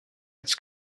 its